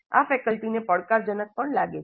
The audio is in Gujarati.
આ ફેકલ્ટીને પડકારજનક પણ લાગે છે